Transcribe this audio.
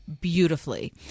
beautifully